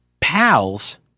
pals